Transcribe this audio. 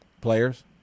Players